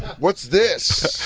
what's this?